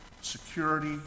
security